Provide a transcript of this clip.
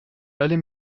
allez